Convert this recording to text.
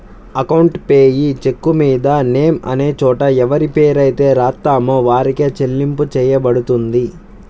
account payee చెక్కుమీద name అనే చోట ఎవరిపేరైతే రాత్తామో వారికే చెల్లింపు చెయ్యబడుతుంది